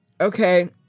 okay